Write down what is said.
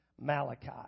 Malachi